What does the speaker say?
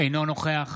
אינו נוכח